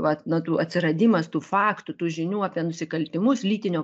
vat na tų atsiradimas tų faktų tų žinių apie nusikaltimus lytinio